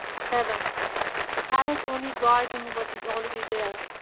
seven the parents only guiding what is already there,